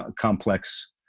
complex